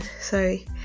sorry